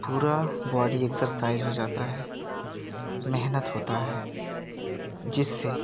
पूरा body exercise हो जाता है मेहनत होता है जिससे